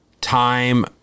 time